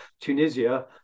Tunisia